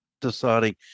deciding